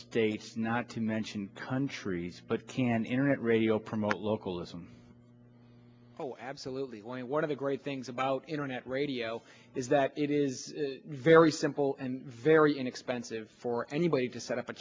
states not to mention countries but can internet radio promote localism oh absolutely well one of the great things about internet radio is that it is very simple and very inexpensive for anybody to set up a